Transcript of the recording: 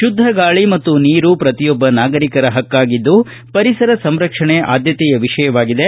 ಶುದ್ದ ಗಾಳಿ ಮತ್ತು ನೀರು ಪ್ರತಿಯೊಬ್ಬ ನಾಗರಿಕರ ಹಕ್ಕಾಗಿದ್ದು ಪರಿಸರ ಸಂರಕ್ಷಣೆ ಆದ್ಯಕೆಯ ವಿಷಯವಾಗಿದೆ